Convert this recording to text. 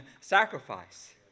sacrifice